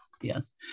Yes